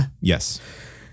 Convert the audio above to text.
Yes